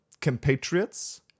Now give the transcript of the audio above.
compatriots